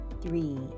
three